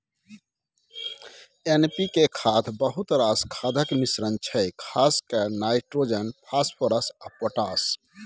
NPK खाद बहुत रास खादक मिश्रण छै खास कए नाइट्रोजन, फास्फोरस आ पोटाश